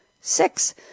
Six